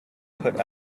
put